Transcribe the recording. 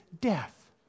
death